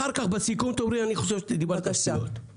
אחר כך בסיכום תאמרי, אני חושבת שדיברת שטויות.